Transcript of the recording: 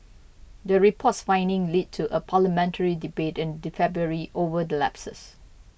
the report's findings led to a parliamentary debate in the February over the lapses